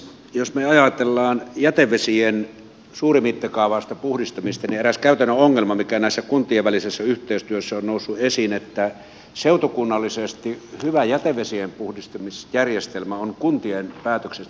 jos me ajattelemme jätevesien suurimittakaavaista puhdistamista niin eräs käytännön ongelma mikä kuntien välisessä yhteistyössä on noussut esiin on se että seutukunnallisesti hyvä jätevesien puhdistamisjärjestelmä on kuntien päätöksestä kiinni